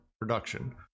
production